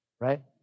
right